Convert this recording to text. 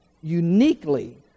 uniquely